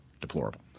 deplorable